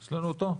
יש לנו אותו?